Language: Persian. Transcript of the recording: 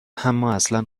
امااصلا